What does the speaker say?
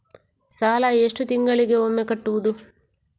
ಸಾಲ ಎಷ್ಟು ತಿಂಗಳಿಗೆ ಒಮ್ಮೆ ಕಟ್ಟುವುದು?